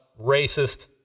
racist